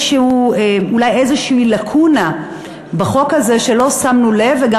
אולי איזושהי לקונה בחוק הזה שלא שמנו לב אליה,